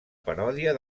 paròdia